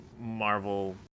marvel